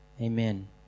Amen